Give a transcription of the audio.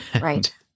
Right